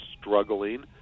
struggling